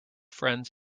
friends